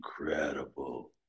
incredible